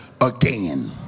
again